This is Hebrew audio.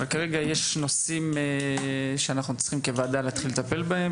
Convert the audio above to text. אבל כרגע יש נושאים שאנחנו צריכים כוועדה להתחיל לטפל בהם,